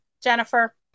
Jennifer